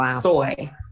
soy